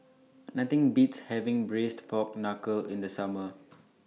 Nothing Beats having Braised Pork Knuckle in The Summer